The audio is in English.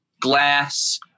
glass